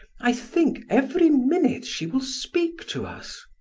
i think every minute she will speak to us.